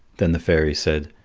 then the fairy said,